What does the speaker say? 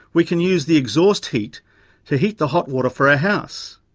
we can use the exhaust heat to heat the hot water for our house.